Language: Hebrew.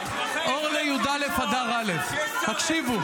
אור לי"א אדר א' ------ הקשיבו.